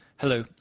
Hello